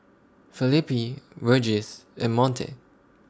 Felipe Regis and Monte